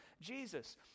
Jesus